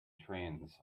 trains